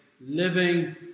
Living